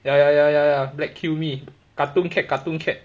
ya ya ya ya ah black kill me cartoon cat cartoon cat